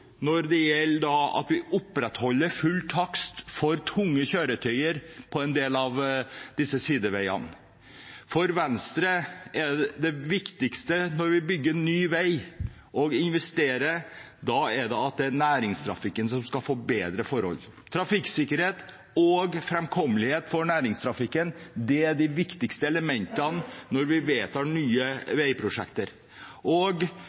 når vi opprettholder full takst for tunge kjøretøyer på en del av disse sideveiene. For Venstre er det viktigste når vi bygger ny vei og investerer, at næringstrafikken skal få bedre forhold. Trafikksikkerhet og framkommelighet for næringstrafikken er de viktigste elementene når vi vedtar nye veiprosjekter, og